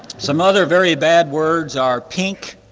some other very bad words are pink,